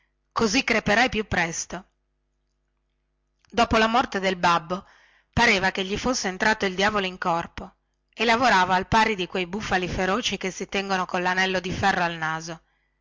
così creperai più presto dopo la morte del babbo pareva che gli fosse entrato il diavolo in corpo e lavorava al pari di quei bufali feroci che si tengono collanello di ferro al naso